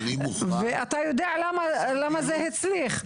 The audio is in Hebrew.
אתה יודע למה זה הצליח?